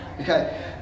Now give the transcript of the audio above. okay